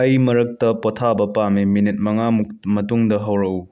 ꯑꯩ ꯃꯔꯛꯇ ꯄꯣꯊꯥꯕ ꯄꯥꯝꯃꯤ ꯃꯤꯅꯤꯠ ꯃꯉꯥ ꯃꯨꯛ ꯃꯇꯨꯡꯗ ꯍꯧꯔꯛꯎ